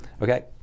Okay